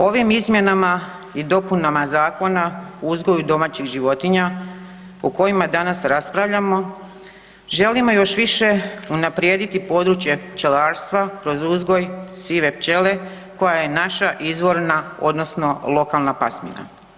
Ovim izmjenama i dopunama Zakona o uzgoju domaćih životinja o kojima danas raspravljamo, želimo još više unaprijediti područje pčelarstva kroz uzgoj sive pčele koja je naša izvorna odnosno lokalna pasmina.